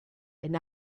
and